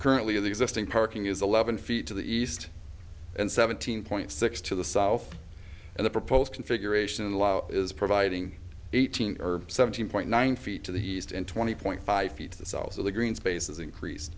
currently of the existing parking is eleven feet to the east and seventeen point six to the south and the proposed configuration and is providing eighteen or seventeen point nine feet to the east and twenty point five feet to the cells of the green spaces increased